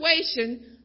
situation